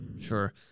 Sure